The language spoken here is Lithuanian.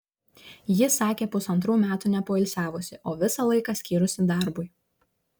ji sakė pusantrų metų nepoilsiavusi o visą laiką skyrusi darbui